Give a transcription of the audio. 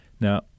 Now